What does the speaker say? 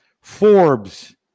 Forbes